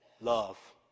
love